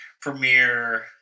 premiere